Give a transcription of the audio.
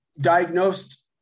diagnosed